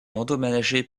endommagé